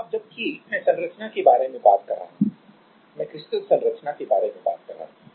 अब जबकि मैं संरचना के बारे में बात कर रहा हूँ मैं क्रिस्टल संरचना के बारे में बात कर रहा हूँ